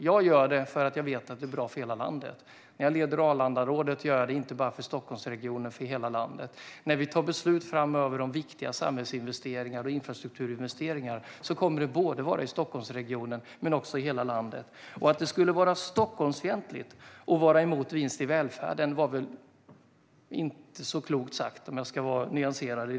Jag gör detta för att jag vet att det är bra för hela landet. När jag leder Arlandarådet gör jag det inte bara för Stockholmsregionen utan för hela landet. När vi framöver tar beslut om viktiga samhällsinvesteringar och infrastrukturinvesteringar kommer dessa att röra både Stockholmsregionen och resten av landet. Att det skulle vara Stockholmsfientligt att vara emot vinster i välfärden var inte så klokt sagt, om jag ska vara nyanserad.